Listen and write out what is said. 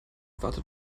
wartet